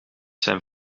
zijn